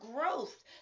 growth